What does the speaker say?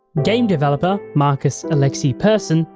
game developer, markus alexej persson,